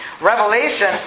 Revelation